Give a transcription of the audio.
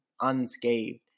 unscathed